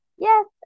yes